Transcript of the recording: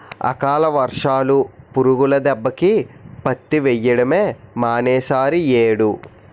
అకాల వర్షాలు, పురుగుల దెబ్బకి పత్తి వెయ్యడమే మానీసేరియ్యేడు